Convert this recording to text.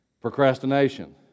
procrastination